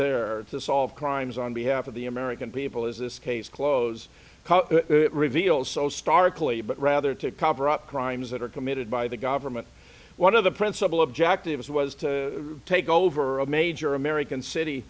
there to solve crimes on behalf of the american people as this case close reveals so starkly but rather to cover up crimes that are committed by the government one of the principal objectives was to take over a major american city